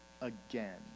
again